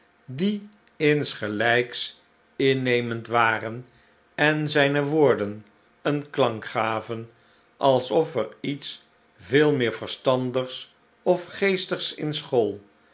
die insgelijks innemend waren en zijne woorden een klank gaven alsof er iets veel meer verstandigs of geestigs in school